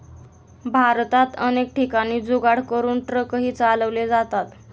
भारतात अनेक ठिकाणी जुगाड करून ट्रकही चालवले जातात